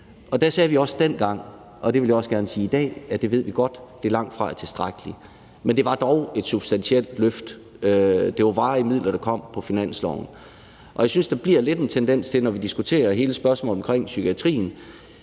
Da sagde vi også dengang, og det vil jeg også gerne sige i dag, at det ved vi godt langtfra er tilstrækkeligt, men det var dog et substantielt løft, det var varige midler, der kom på finansloven, og jeg synes, der bliver lidt en tendens til, når vi diskuterer hele spørgsmålet omkring psykiatrien,